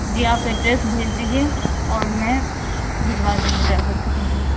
جی آپ ایڈریس بھیج دیجیے اور میں بھجوا دوں گی ڈرائیور سے کہہ کے